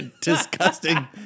disgusting